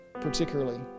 particularly